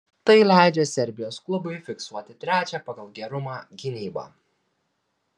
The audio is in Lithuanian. tai leidžia serbijos klubui fiksuoti trečią pagal gerumą gynybą